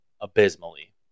abysmally